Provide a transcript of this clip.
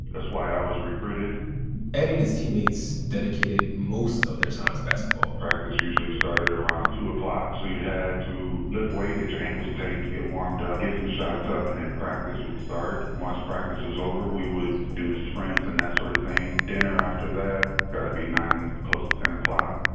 that's why i was recruited ed and his teammates dedicated most of their time to basketball practice usually started around two o'clock. so you had to lift weights, get your ankles taped, get warmed up, ah get some shots up. and then, practice would start. once practice was over, we would do sprints and that sort of thing, dinner after that. got to be nine, close to ten o'clock.